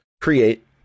create